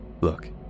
look